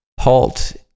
Halt